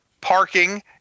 parking